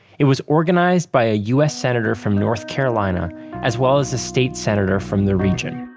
it was organized by a us senator from north carolina as well as the state senator from the region.